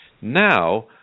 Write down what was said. Now